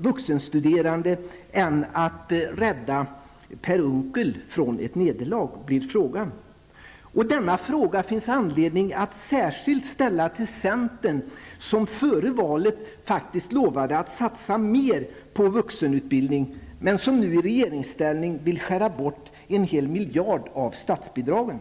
vuxenstuderande än att rädda Per Unckel från ett nederlag? Denna fråga finns det särskild anledning att ställa till centern, som före valet faktiskt lovade att satsa mer på vuxenutbildning men som nu i regeringsställning vill skära bort en hel miljard från statsbidragen.